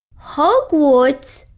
hogwarts?